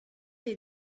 est